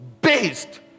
based